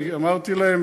אני אמרתי להם,